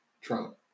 Trump